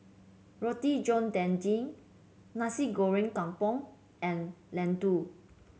Roti John Daging Nasi Goreng Kampung and laddu